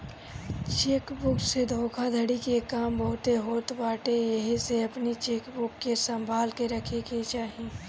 check book से धोखाधड़ी के काम बहुते होत बाटे एही से अपनी चेकबुक के संभाल के रखे के चाही